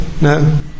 no